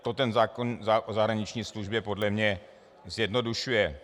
To ten zákon o zahraniční službě podle mě zjednodušuje.